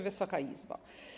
Wysoka Izbo!